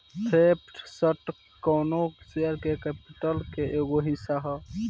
preferred stock कौनो share capital के एगो हिस्सा ह